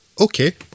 okay